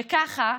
וככה,